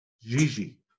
Gigi